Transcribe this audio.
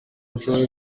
nshoboye